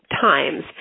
times